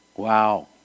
wow